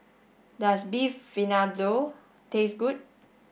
does Beef Vindaloo taste good